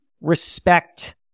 respect